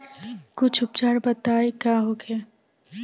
कुछ उपचार बताई का होखे?